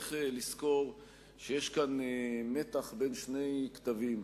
צריך לזכור שיש כאן מתח בין שני קטבים.